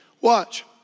Watch